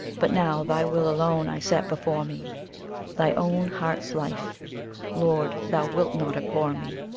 but now thy will alone i set before me thy own heart's life lord, thou wilt not abhor me!